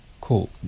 Cool